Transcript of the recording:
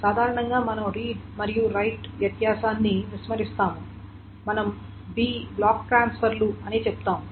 సాధారణంగా మనం రీడ్ మరియు రైట్ వ్యత్యాసాన్ని విస్మరిస్తాము మనం b బ్లాక్ ట్రాన్స్ఫర్లు అనే చెబుతాము